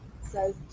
says